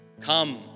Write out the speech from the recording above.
come